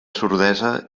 sordesa